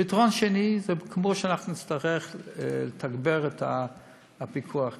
פתרון שני זה שנצטרך לתגבר את הפיקוח כאן,